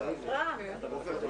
13:20.